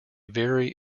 vary